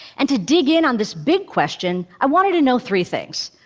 and to dig in on this big question, i wanted to know three things.